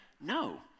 No